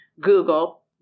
Google